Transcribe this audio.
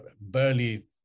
barely